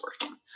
working